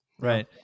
right